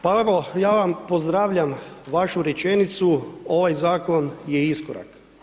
Pa evo ja vam pozdravljam vašu rečenicu, ovaj zakon je iskorak.